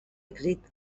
èxit